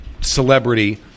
celebrity